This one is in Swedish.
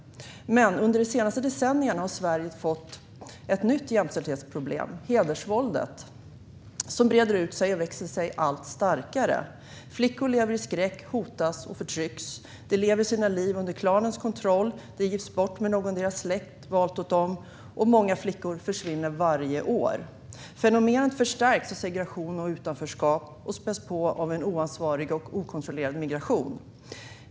Under de senaste decennierna har Sverige dock fått ett nytt jämställdhetsproblem, hedersvåldet, vilket breder ut sig och växer sig allt starkare. Flickor lever i skräck, hotas och förtrycks. De lever sina liv under klanens kontroll och gifts bort med någon släkten valt. Många flickor försvinner varje år. Fenomenet förstärks av segregation och utanförskap, och späs på av en oansvarig och okontrollerad migration.